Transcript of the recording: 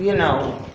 you know,